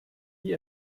die